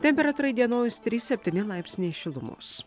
temperatūra įdienojus trys septyni laipsniai šilumos